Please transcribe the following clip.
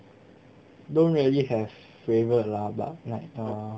don't really have favourite lah but like err